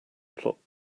plot